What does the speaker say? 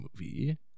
movie